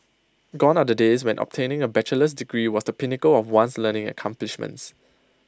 gone are the days when obtaining A bachelor's degree was the pinnacle of one's learning accomplishments